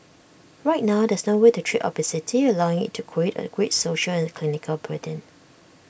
right now there's no way to treat obesity allowing IT to create A great social and clinical burden